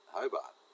Hobart